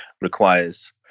requires